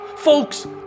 Folks